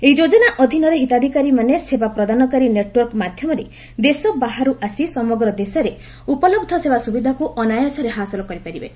ଏହି ଯୋଜନା ଅଧୀନରେ ହିତାଧିକାରୀମାନେ ସେବା ପ୍ରଦାନକାରୀ ନେଟ୍ୱର୍କ ମାଧ୍ୟମରେ ଦେଶ ବାହାରୁ ଆସି ସମଗ୍ର ଦେଶରେ ଉପଲହ୍ଧ ସେବା ସୁବିଧାକୁ ଅନାୟାସରେ ହାସଲ କରିପାରିବେ